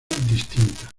distinta